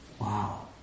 Wow